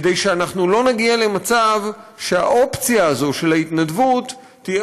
כדי שאנחנו לא נגיע למצב שהאופציה הזאת של ההתנדבות תהיה